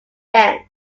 dance